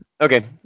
Okay